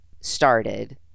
started